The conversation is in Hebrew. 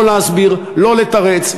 לא להסביר, לא לתרץ.